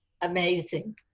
Amazing